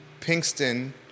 Pinkston